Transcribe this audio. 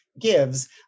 gives